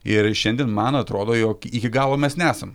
ir šiandien man atrodo jog iki galo mes nesam